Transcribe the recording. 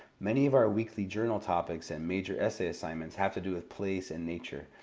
many of our weekly journal topics and major essay assignments have to do with place and nature,